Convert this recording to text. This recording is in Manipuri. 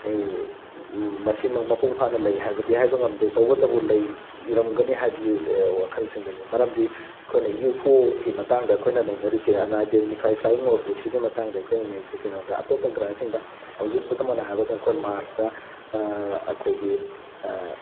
ꯑꯩ ꯃꯁꯤꯃꯛ ꯃꯄꯨꯡ ꯐꯥꯅ ꯂꯩ ꯍꯥꯏꯕꯗꯤ ꯍꯥꯏꯕ ꯉꯝꯗꯦ ꯇꯧꯕꯇꯕꯨ ꯂꯩꯔꯝꯒꯅꯤ ꯍꯥꯏꯕꯒꯤ ꯋꯥꯈꯜꯁꯤꯡ ꯂꯩꯖꯩ ꯃꯔꯝꯗꯤ ꯑꯩꯈꯣꯏꯅ ꯌꯨꯑꯦꯐ ꯑꯣꯒꯤ ꯃꯇꯥꯡꯗ ꯑꯩꯈꯣꯏꯅ ꯅꯩꯅꯔꯤꯁꯦ ꯑꯟꯑꯥꯏꯗꯦꯟꯇꯤꯐꯥꯏ ꯐ꯭ꯂꯥꯏꯌꯤꯡ ꯑꯣꯞꯖꯦꯛꯁꯤꯒꯤ ꯃꯇꯥꯡꯗ ꯑꯩꯈꯣꯏꯅ ꯅꯩꯅꯔꯤꯁꯦ ꯀꯩꯅꯣꯗ ꯑꯇꯣꯞꯄ ꯒ꯭ꯔꯍꯁꯤꯡꯗ ꯍꯧꯖꯤꯛ ꯈꯨꯗꯝ ꯑꯣꯏꯅ ꯍꯥꯏꯔꯕꯗ ꯑꯩꯈꯣꯏ ꯃꯥꯔꯁꯇ ꯑꯩꯈꯣꯏꯒꯤ